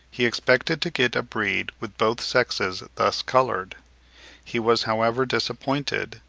he expected to get a breed with both sexes thus coloured he was however disappointed,